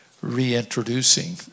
Reintroducing